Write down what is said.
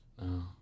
no